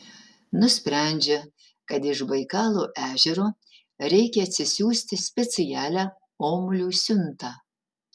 nusprendžia kad iš baikalo ežero reikia atsisiųsti specialią omulių siuntą